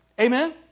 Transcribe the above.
Amen